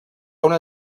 una